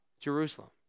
Jerusalem